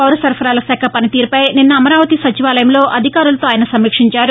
పౌర సరఫరాల శాఖ పనితీరుపై నిన్న అమరావతి సచివాలయంలో అధికారులతో ఆయన సమీక్షించారు